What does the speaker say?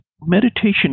meditation